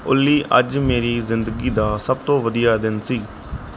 ਓਲੀ ਅੱਜ ਮੇਰੀ ਜ਼ਿੰਦਗੀ ਦਾ ਸਭ ਤੋਂ ਵਧੀਆ ਦਿਨ ਸੀ